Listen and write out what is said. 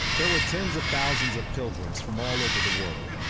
there were tens of thousands of pilgrims from all over the world.